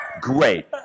great